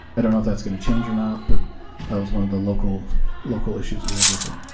i don't know if that's going to change or not. but that was one of the local local issues we had with it.